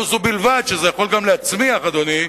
לא זאת בלבד, שזה יכול להצמיח, אדוני,